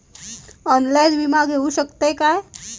Online विमा घेऊ शकतय का?